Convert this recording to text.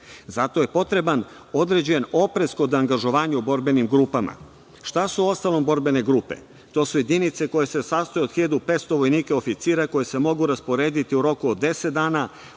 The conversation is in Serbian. Zato je potreban određen oprez kod angažovanja u borbeni grupama. Šta su uostalom borbene grupe? To su jedinice koje se sastoje od 1.500 vojnika oficira, koje se mogu rasporediti u roku od deset dana